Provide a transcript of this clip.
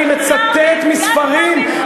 אני מצטט מספרים.